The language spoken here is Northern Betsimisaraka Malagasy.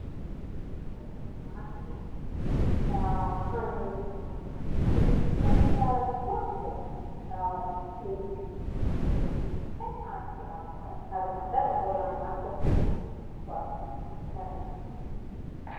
agnahy e hanigny tsotsotra nefa tiàko, soupe legume gnahy no tegna tiàko e ary mandagny volagnahy kô fô mietsiky koa ny karaha zegny.